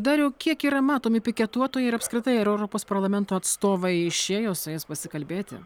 dariau kiek yra matomi piketuotojai ir apskritai ar europos parlamento atstovai išėjo su jais pasikalbėti